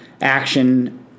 action